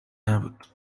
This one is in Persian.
نبود